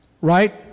right